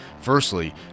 Firstly